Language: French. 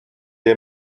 est